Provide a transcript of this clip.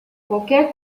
qualquer